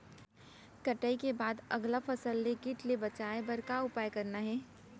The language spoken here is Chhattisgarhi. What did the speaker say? कटाई के बाद अगला फसल ले किट ले बचाए बर का उपाय करना हे?